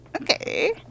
Okay